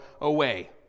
away